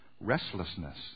restlessness